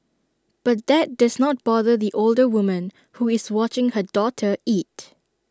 but that does not bother the older woman who is watching her daughter eat